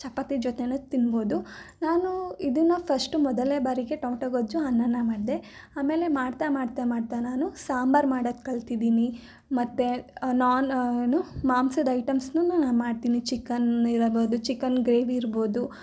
ಚಪಾತಿ ಜೊತೆನೂ ತಿನ್ಬೋದು ನಾನು ಇದನ್ನ ಫಸ್ಟ್ ಮೊದಲೇ ಬಾರಿಗೆ ಟೊಮೊಟೊ ಗೊಜ್ಜು ಅನ್ನನ ಮಾಡಿದೆ ಆಮೇಲೆ ಮಾಡ್ತಾ ಮಾಡ್ತಾ ಮಾಡ್ತ ನಾನು ಸಾಂಬಾರು ಮಾಡೋದು ಕಲಿತಿದ್ದೀನಿ ಮತ್ತೆ ನಾನ್ ಏನು ಮಾಂಸದ ಐಟಮ್ಸ್ನೂ ನಾನು ಮಾಡ್ತೀನಿ ಚಿಕನ್ ಇರಬೌದು ಚಿಕನ್ ಗ್ರೇವಿ ಇರ್ಬೋದು